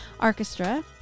Orchestra